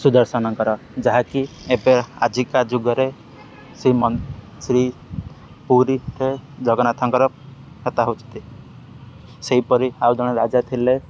ସୁଦର୍ଶନଙ୍କର ଯାହାକି ଏବେ ଆଜିକା ଯୁଗରେ ଶ୍ରୀ ଶ୍ରୀ ପୁରୀରେ ଜଗନ୍ନାଥଙ୍କର କଥା ହେଉଛି ସେହିପରି ଆଉ ଜଣେ ରାଜା ଥିଲେ